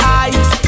eyes